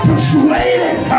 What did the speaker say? Persuaded